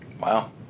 Wow